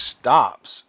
stops